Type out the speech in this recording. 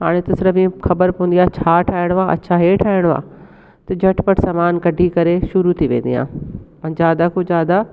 हाणे त सिरफ हीअ ख़बर पंवदी आहे की छा ठाहिणो आहे अच्छा हीअ ठाहिणो आहे की झटपट समानु कढी करे शुरू थी वेंदी आहियां पंज दफ़ो ज्यादा